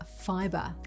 fiber